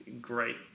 great